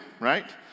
Right